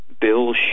Bill